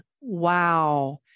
Wow